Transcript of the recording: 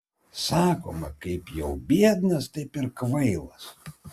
sakoma kaip jau biednas taip ir kvailas